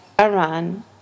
Iran